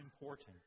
important